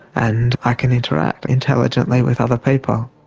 and i can interact intelligently with other people.